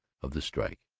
of the strike